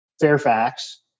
Fairfax